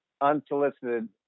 unsolicited